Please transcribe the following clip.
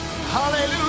Hallelujah